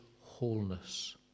wholeness